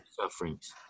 sufferings